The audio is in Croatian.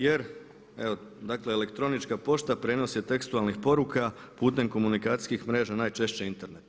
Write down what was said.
Jer evo dakle elektronička pošta prijenos je tekstualnih poruka putem komunikacijskih mreža najčešće interneta.